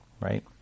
right